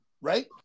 right